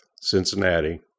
Cincinnati